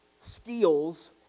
skills